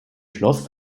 schloss